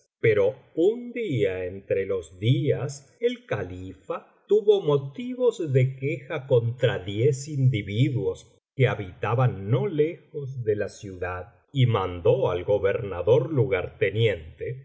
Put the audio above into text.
pero un día entre los días el califa tuvo motivos de queja contra diez individuos que habitaban no lejos de la ciudad y mandó al